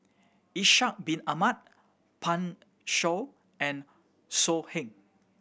Ishak Bin Ahmad Pan Shou and So Heng